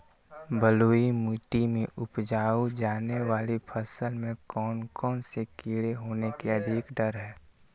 बलुई मिट्टी में उपजाय जाने वाली फसल में कौन कौन से कीड़े होने के अधिक डर हैं?